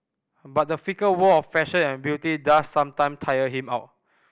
but the fickle world of fashion and beauty does sometime tire him out